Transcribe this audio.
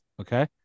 Okay